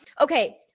Okay